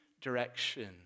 direction